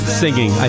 singing